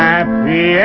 Happy